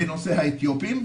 בנושא האתיופים,